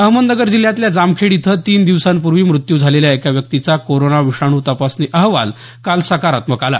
अहमदनगर जिल्ह्यातल्या जामखेड इथं तीन दिवसांपूर्वी मृत्यू झालेल्या एका व्यक्तीचा कोरोना विषाणू तपासणी अहवाल काल सकारात्मक आला